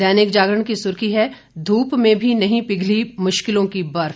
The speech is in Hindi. दैनिक जागरण की सुर्खी है धूप में भी नहीं पिघली मुश्किलों की बर्फ